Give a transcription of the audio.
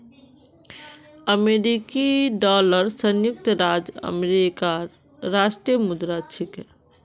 अमेरिकी डॉलर संयुक्त राज्य अमेरिकार राष्ट्रीय मुद्रा छिके